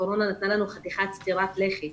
הקורונה נתנה לנו סטירת לחי.